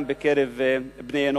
גם בין בני-אנוש.